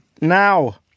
Now